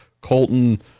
Colton